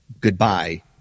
goodbye